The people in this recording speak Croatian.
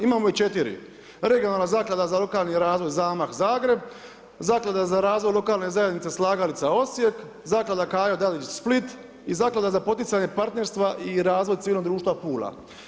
Imamo ih 4 – Regionalna zaklada za lokalni razvoj ZAMAH Zagreb, Zaklada za razvoj lokalne zajednice „Slagalica“ Osijek, Zaklada Kajo Dadić Split i Zaklada za poticanje partnerstva i razvoj civilnog društva Pula.